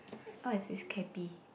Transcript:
what is